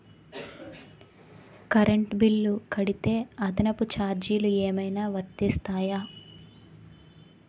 Current bill కడితే అదనపు ఛార్జీలు ఏమైనా వర్తిస్తాయా?